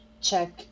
check